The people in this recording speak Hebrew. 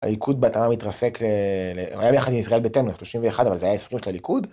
‫הליכוד בהתאמה מתרסק... ‫היה ביחד עם ישראל ביתנו 31, ‫אבל זה היה 20 של הליכוד.